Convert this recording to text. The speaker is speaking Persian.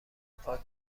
پاک